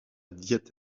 diète